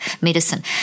medicine